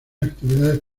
actividades